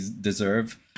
deserve